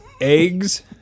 eggs